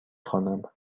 خوانم